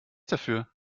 dafür